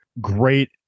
Great